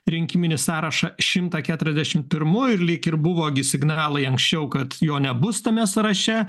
rinkiminį sąrašą šimtą keturiasdešimt pirmu lyg ir buvo gi signalai anksčiau kad jo nebus tame sąraše